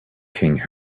king